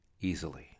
easily